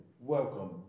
Welcome